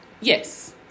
yes